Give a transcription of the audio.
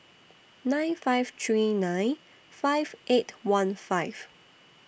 nine five three nine five eight one five